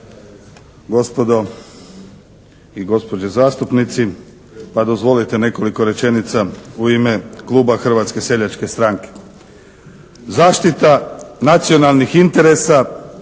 Hrvatske seljačke stranke.